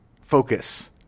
focus